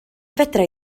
fedra